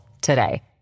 today